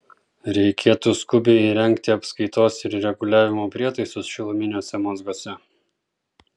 reikėtų skubiai įrengti apskaitos ir reguliavimo prietaisus šiluminiuose mazguose